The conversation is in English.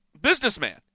businessman